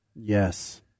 Yes